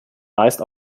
meist